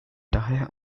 daher